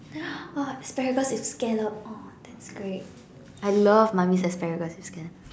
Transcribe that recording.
oh asparagus with scallop oh that's great I love mummy's asparagus with scallop